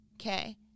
Okay